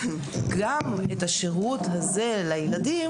גם את השירות הזה לילדים,